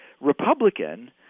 Republican